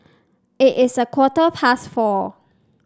it is a quarter past four